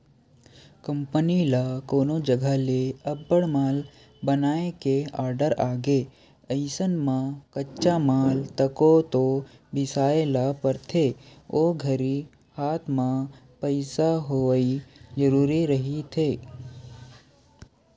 company ल कोनो जघा ले अब्बड़ माल बनाए के आरडर आगे अइसन म कच्चा माल तको तो बिसाय ल परथे ओ घरी हात म पइसा होवई जरुरी रहिथे